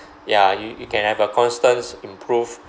ya you you can have a constant improve